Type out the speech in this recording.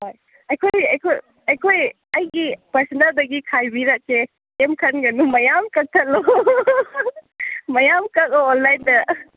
ꯍꯣꯏ ꯑꯩꯈꯣꯏ ꯑꯩꯒꯤ ꯄꯥꯔꯁꯣꯅꯦꯜꯗꯒꯤ ꯈꯥꯏꯕꯤꯔꯛꯀꯦ ꯀꯔꯤꯝ ꯈꯟꯒꯅꯨ ꯃꯌꯥꯝ ꯀꯛꯊꯠꯂꯣ ꯃꯌꯥꯝ ꯀꯛꯑꯣ ꯑꯣꯟꯂꯥꯏꯟꯗ